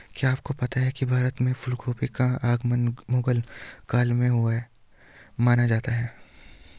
क्या आपको पता है भारत में फूलगोभी का आगमन मुगल काल में हुआ माना जाता है?